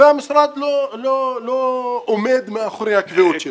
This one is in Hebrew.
המשרד לא עומד מאחורי הקביעות שלו.